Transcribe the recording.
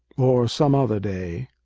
or some other day.